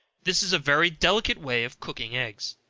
this is a very delicate way of cooking eggs.